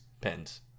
Pens